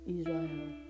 Israel